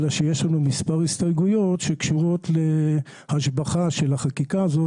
אלא שיש לנו מספר הסתייגויות שקשורות להשבחה של החקיקה הזאת